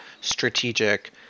strategic